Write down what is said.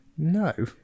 No